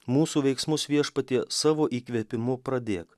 mūsų veiksmus viešpatį savo įkvėpimu pradėk